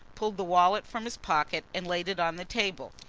pulled the wallet from his pocket and laid it on the table.